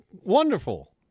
wonderful